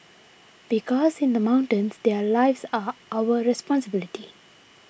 because in the mountains their lives are our responsibility